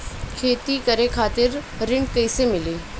खेती करे खातिर ऋण कइसे मिली?